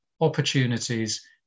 opportunities